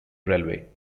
railway